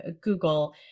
Google